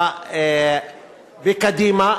בקדימה,